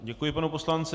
Děkuji panu poslanci.